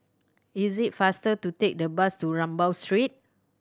is it faster to take the bus to Rambau Street